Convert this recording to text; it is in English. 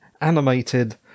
animated